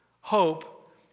hope